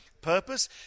purpose